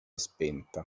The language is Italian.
spenta